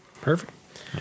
Perfect